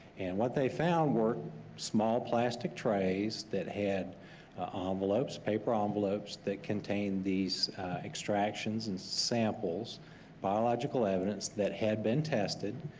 and what they found were small plastic trays that had envelopes, paper um envelopes that contained these extractions and samples biological evidence that had been tested.